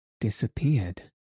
disappeared